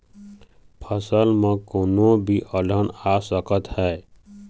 फसल म कोनो भी अलहन आ सकत हे